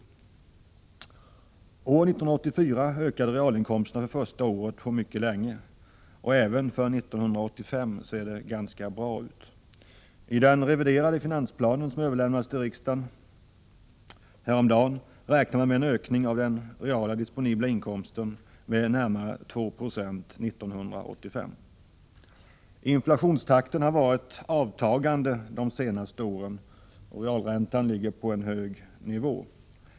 År 1984 var det första året på mycket länge som realinkomsterna ökade. Även för år 1985 ser det ganska bra ut. I den reviderade finansplanen, som överlämnades till riksdagen häromdagen, räknar man med en ökning av de reala disponibla inkomsterna med närmare 2 90 för 1985. Inflationstakten har varit i avtagande de senaste åren. Realräntan ligger på en hög nivå.